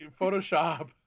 Photoshop